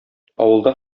авылда